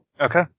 Okay